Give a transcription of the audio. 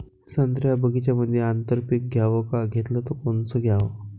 संत्र्याच्या बगीच्यामंदी आंतर पीक घ्याव का घेतलं च कोनचं घ्याव?